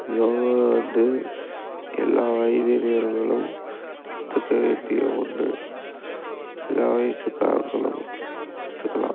யோகா வந்து எல்லா வயதினர்களும் கற்றுக்க வேண்டிய ஒன்று எல்லா வயதுக்காரங்களும் கற்றுக்கலாம்